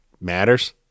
matters